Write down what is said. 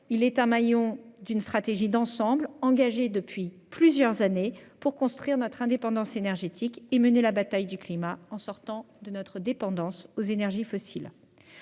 Il est un maillon d'une stratégie d'ensemble, engagée depuis plusieurs années, pour construire notre indépendance énergétique et mener la bataille du climat en sortant de notre dépendance aux énergies fossiles.